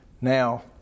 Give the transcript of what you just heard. Now